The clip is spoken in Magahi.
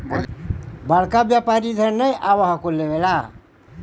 बड़का व्यापारि इधर नय आब हको लेबे ला?